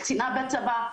קצינה בצבא.